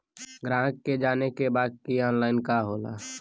ग्राहक के जाने के बा की ऑनलाइन का होला?